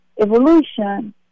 evolution